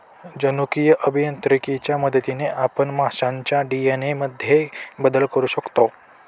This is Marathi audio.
जनुकीय अभियांत्रिकीच्या मदतीने आपण माशांच्या डी.एन.ए मध्येही बदल करू शकतो